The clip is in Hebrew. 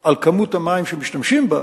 על כמות המים שמשתמשים בה,